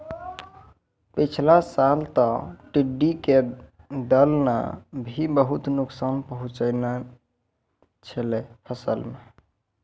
पिछला साल तॅ टिड्ढी के दल नॅ भी बहुत नुकसान पहुँचैने छेलै फसल मॅ